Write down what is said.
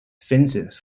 fences